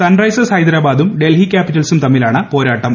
Sunrisers ഹൈദരാബാദും ഡൽഹി ക്യാപിറ്റൽസും തമ്മിലാണ് പോരാട്ടം